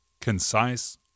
concise